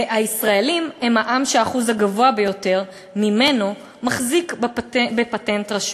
והישראלים הם העם עם האחוז הגבוה ביותר ממנו שמחזיק בפטנט רשום.